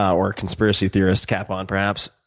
or conspiracy theorist cap on, perhaps,